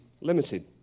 limited